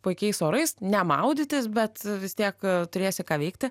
puikiais orais ne maudytis bet vis tiek turėsi ką veikti